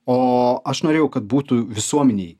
o aš norėjau kad būtų visuomenei